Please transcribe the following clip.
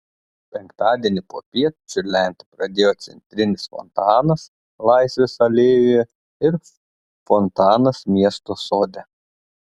penktadienį popiet čiurlenti pradėjo centrinis fontanas laisvės alėjoje ir fontanas miesto sode